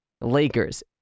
Lakers